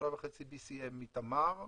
3.5 BCM מתמר,